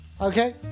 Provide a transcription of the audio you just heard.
Okay